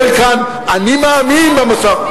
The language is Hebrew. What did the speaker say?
אומר כאן: אני מאמין במשא,